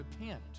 repent